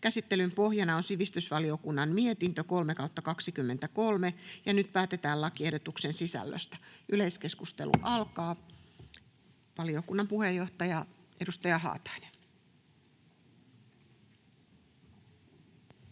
Käsittelyn pohjana on sivistysvaliokunnan mietintö SiVM 5/2023 vp. Nyt päätetään lakiehdotuksen sisällöstä. — Yleiskeskustelu alkaa. Valiokunnan puheenjohtaja, edustaja Haatainen,